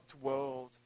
world